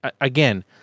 again